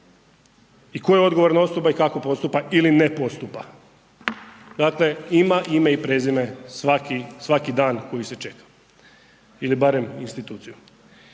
i tko je odgovorna osoba i kako postupa ili ne postupa. Dakle, ima ime i prezime svaki dan koji se čeka. Ili barem instituciju.